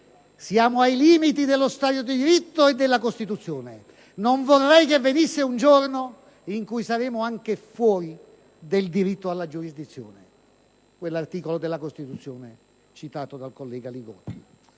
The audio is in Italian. siamo ai limiti dello Stato di diritto e della Costituzione; non vorrei che venisse un giorno in cui saremo anche fuori del diritto alla giurisdizione». Si tratta di quell'articolo della Costituzione citato dal collega Li Gotti.